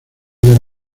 debe